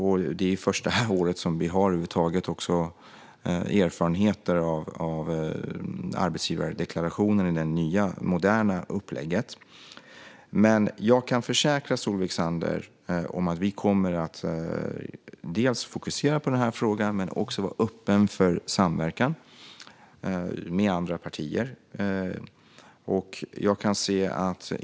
Detta är också första året som vi över huvud taget har erfarenheter av arbetsgivardeklarationer enligt det nya, moderna upplägget. Jag kan försäkra Solveig Zander om att vi kommer att fokusera på den här frågan och också vara öppna för samverkan med andra partier.